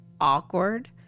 awkward